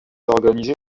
organisé